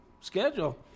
schedule